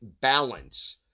balance